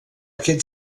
aquest